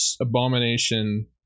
abomination